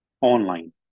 online